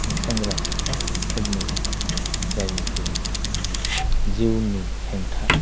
सेंग्रा सिख्लाफोरनि जायनोखि जिउनि हेंथा